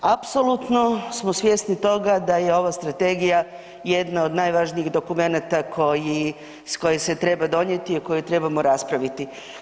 Apsolutno smo svjesni toga da je ova strategija jedna od najvažnijih dokumenta koja se treba donijeti, a o kojoj trebamo raspraviti.